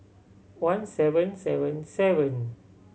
one seven seven seven